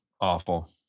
awful